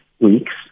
weeks